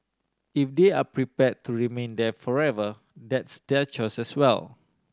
if they are prepare to remain there forever that's their choices well